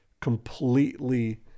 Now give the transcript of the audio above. completely